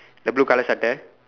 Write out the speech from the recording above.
the blue colour sweater